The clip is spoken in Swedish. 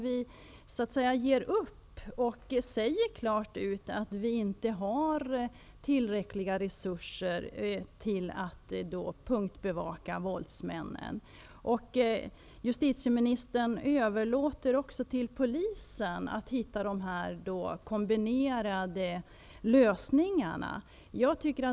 Vi ger upp och säger klart ut att vi inte har tillräckliga resurser att punktbevaka våldsmännen. Justitieministern överlåter till polisen att finna de kombinerade lösningarna.